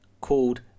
called